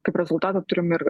kaip rezultatą turim ir